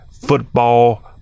football